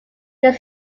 there